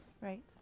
Right